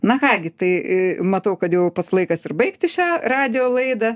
na ką gi tai matau kad jau pats laikas ir baigti šią radijo laidą